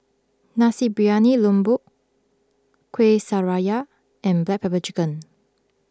Nasi Briyani Lembu Kueh Syara and Black Pepper Chicken